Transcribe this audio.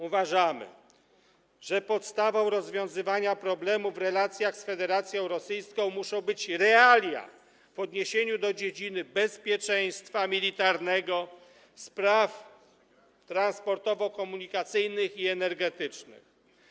Uważamy, że podstawą rozwiązywania problemów w relacjach z Federacją Rosyjską muszą być realia w odniesieniu do dziedziny bezpieczeństwa militarnego, spraw transportowo-komunikacyjnych i energetycznych.